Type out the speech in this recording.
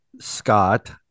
Scott